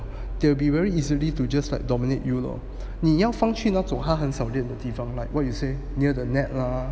they'll will be very easily to just like dominate you lor 你要放去那种他很少练的地方 like what you say near the net lah